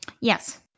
Yes